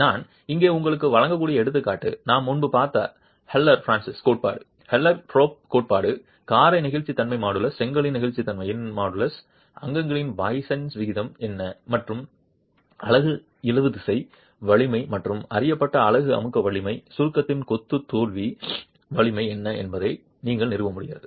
நான் இங்கே உங்களுக்கு வழங்கக்கூடிய எடுத்துக்காட்டு நாம் முன்பு பார்த்த ஹல்லர் பிரான்சிஸ் கோட்பாடு ஹில்ஸ்டோர்ஃப் கோட்பாடு காரை நெகிழ்ச்சித்தன்மையின் மாடுலஸ் செங்கலின் நெகிழ்ச்சித்தன்மையின் மாடுலஸ் அங்கங்களின் பாய்சன்ஸ் விகிதம் மற்றும் அலகு இழுவிசை வலிமை மற்றும் அறியப்பட்ட அலகு அமுக்க வலிமை சுருக்கத்தில் கொத்து தோல்வி வலிமை என்ன என்பதை நீங்கள் நிறுவ முடியும்